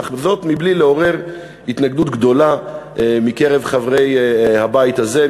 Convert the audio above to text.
אך זאת מבלי לעורר התנגדות גדולה בקרב חברי הבית הזה,